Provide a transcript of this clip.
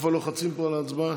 ההצעה להעביר